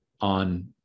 on